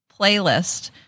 playlist